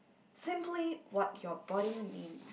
simply what your body needs